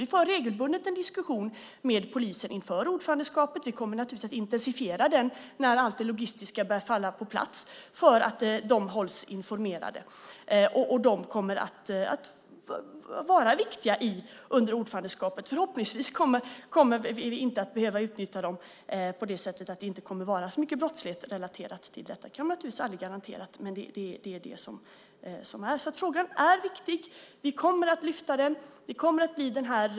Vi för regelbundet en diskussion med polisen inför ordförandeskapet. Vi kommer naturligtvis att intensifiera den när allt det logistiska börjar falla på plats så att de hålls informerade. De kommer att vara viktiga under ordförandeskapet. Förhoppningsvis kommer vi inte att behöva utnyttja dem på grund av att det inte kommer att vara så mycket brottslighet relaterat till detta. Det kan man naturligtvis aldrig garantera. Men det är detta som gäller. Frågan är viktig. Vi kommer att lyfta fram den.